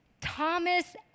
Thomas